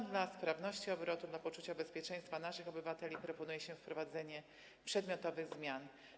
Dlatego dla sprawności obrotu, dla poczucia bezpieczeństwa naszych obywateli proponuje się wprowadzenie przedmiotowych zmian.